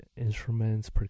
instruments